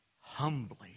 humbly